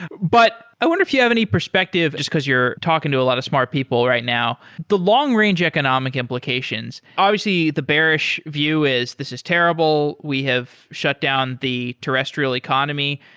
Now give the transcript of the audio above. but i wonder if you have any perspective just because you're talking to a lot of smart people right now. the long-range economic implications, obviously, the bearish view is, this is terrible. we have shut down the terrestrial economy,